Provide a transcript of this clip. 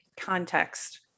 context